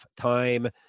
time